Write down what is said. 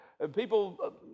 People